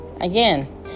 again